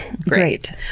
Great